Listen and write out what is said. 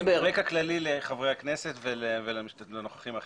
כללי לחברי הכנסת ולנוכחים האחרים.